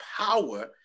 power